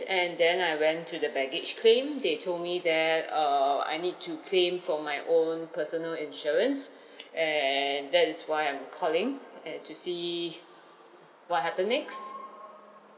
and then I went to the baggage claim they told me that err I need to claim from my own personal insurance and that is why I'm calling and to see what happen next